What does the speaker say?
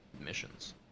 missions